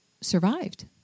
survived